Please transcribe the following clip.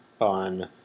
on